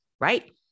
Right